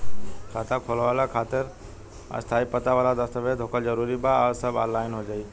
खाता खोलवावे खातिर स्थायी पता वाला दस्तावेज़ होखल जरूरी बा आ सब ऑनलाइन हो जाई?